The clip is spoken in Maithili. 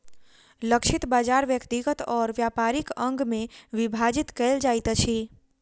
लक्षित बाजार व्यक्तिगत और व्यापारिक अंग में विभाजित कयल जाइत अछि